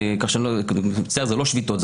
ועיצומים זה לא שביתות,